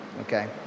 okay